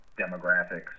demographics